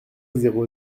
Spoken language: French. zéro